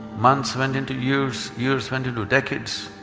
months went into years, years went into decades,